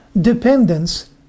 dependence